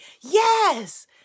Yes